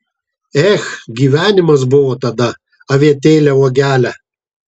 ech gyvenimas buvo tada avietėle uogele